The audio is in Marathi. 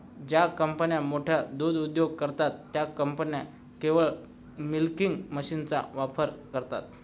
ज्या कंपन्या मोठे दूध उद्योग करतात, त्या कंपन्या केवळ मिल्किंग मशीनचा वापर करतात